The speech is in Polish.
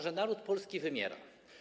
Że naród polski wymiera.